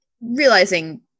realizing